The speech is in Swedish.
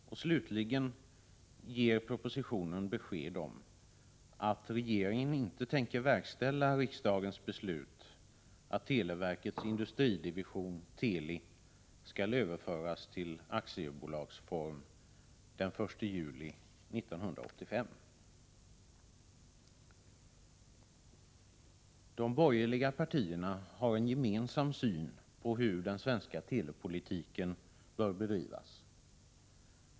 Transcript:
Slutligen ger propositionen besked om att regeringen inte tänker verkställa riksdagens beslut att televerkets industridivision, Teli, skall överföras till aktiebolagsform den 1 juli 1985. De borgerliga partierna har en gemensam syn på hur den svenska telepolitiken bör bedrivas.